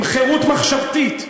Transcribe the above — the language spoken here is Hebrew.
עם חירות מחשבתית,